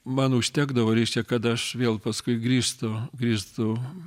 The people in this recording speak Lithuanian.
man užtekdavo reiškia kad aš vėl paskui grįžtu grįžtu